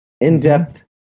in-depth